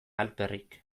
alferrik